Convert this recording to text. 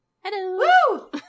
Hello